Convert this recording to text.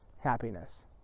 happiness